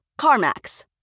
CarMax